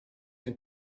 den